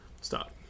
stop